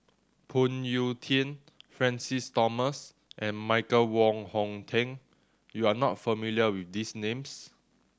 Phoon Yew Tien Francis Thomas and Michael Wong Hong Teng you are not familiar with these names